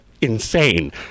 insane